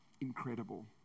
incredible